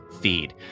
feed